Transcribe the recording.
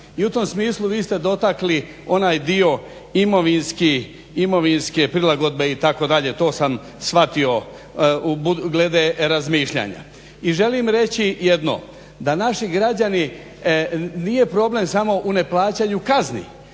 i u tom smislu vi ste dotakli onaj dio imovinske prilagodbe itd. To sam shvatio glede razmišljanja. I želim reći jedno, da naši građani, nije problem samo u neplaćanju kazni